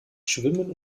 schwimmen